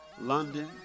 London